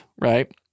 right